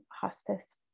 hospice